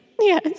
Yes